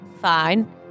Fine